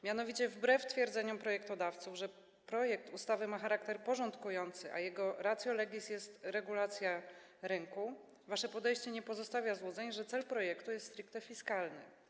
Mianowicie wbrew twierdzeniom projektodawców, że projekt ustawy ma charakter porządkujący, a jego ratio legis jest regulacja rynku, wasze podejście nie pozostawia złudzeń, że cel projektu jest stricte fiskalny.